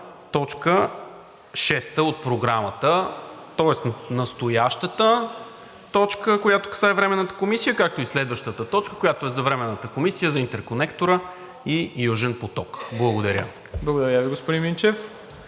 точка шеста от Програмата, тоест настоящата точка, която касае Временната комисия, както и следващата точка, която е за Временната комисия за интерконектора и Южен поток. Благодаря. ПРЕДСЕДАТЕЛ МИРОСЛАВ ИВАНОВ: